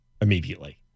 immediately